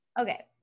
Okay